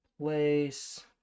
place